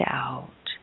out